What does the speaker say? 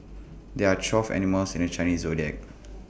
there are twelve animals in the Chinese Zodiac